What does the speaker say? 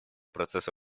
процесса